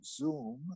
Zoom